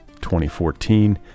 2014